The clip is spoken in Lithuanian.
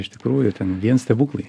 iš tikrųjų ten vien stebuklai